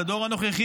את הדור הנוכחי,